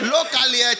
Locally